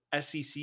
SEC